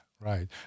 right